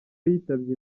yitabye